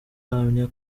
ahamya